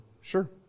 sure